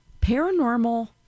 paranormal